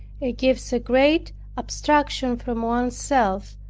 it gives a great abstraction from one's self,